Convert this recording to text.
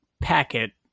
packet